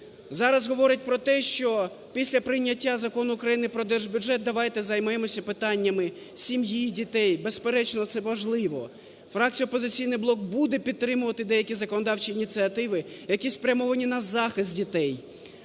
Зараз говорять те, що після прийняття Закону України про держбюджет давайте займемося питаннями сім'ї, дітей. Безперечно, це важливо. Фракція "Опозиційний блок" буде підтримувати деякі законодавчі ініціативи, які спрямовані на захист дітей.